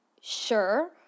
Sure